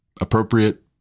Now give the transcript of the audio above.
appropriate